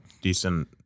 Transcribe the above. decent